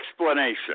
explanation